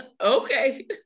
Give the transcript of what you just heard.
okay